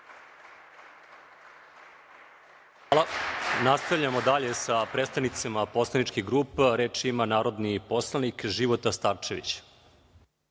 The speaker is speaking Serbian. Hvala. Nastavljamo dalje sa predstavnicima poslaničkih grupa. Reč ima narodni poslanik Života Starčević.